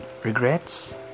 Regrets